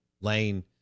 Lane